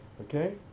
Okay